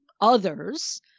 others